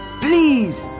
Please